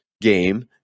game